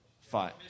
Five